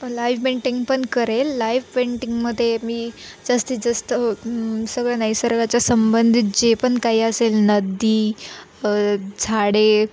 live painting पण करेल live पेंटिंगमध्ये मी जास्तीत जास्त सगळं नैसर्गाच्या संबंधित जे पण काही असेल नदी झाडे